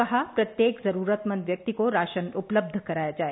कहा प्रत्येक जरूरतमंद व्यक्ति को राशन उपलब्ध कराया जाए